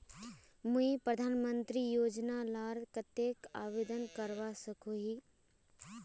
मुई प्रधानमंत्री योजना लार केते आवेदन करवा सकोहो ही?